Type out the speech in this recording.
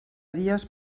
dies